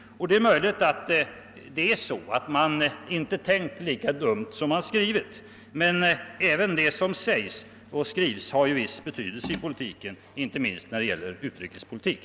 Och: det är möjligt att man inte tänkt lika dunkelt som man skrivit, men även det som sägs och skrivs har ju viss betydelse i politiken, inte minst när det gäller utrikespolitik.